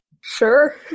Sure